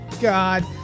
God